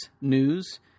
news